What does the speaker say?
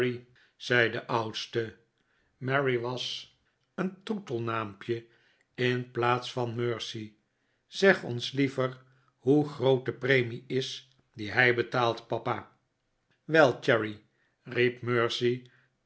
zei de oudste merry was een troetelnaampje in plaats van mercy zeg ons liever hoe groot de premie is f die hi betaalt papa wel cherry riep mercy